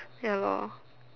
ya lor